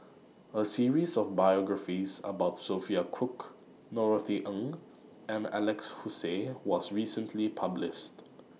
A series of biographies about Sophia Cooke Norothy Ng and Alex Josey was recently published